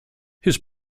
his